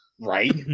Right